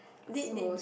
did did